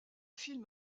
film